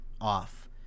off